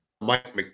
Mike